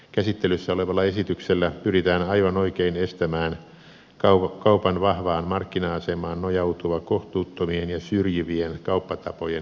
käsittelyssä olevalla esityksellä pyritään aivan oikein estämään kaupan vahvaan markkina asemaan nojautuva kohtuuttomien ja syrjivien kauppatapojen ylläpitäminen